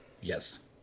Yes